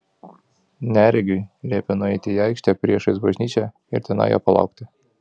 neregiui liepė nueiti į aikštę priešais bažnyčią ir tenai jo palaukti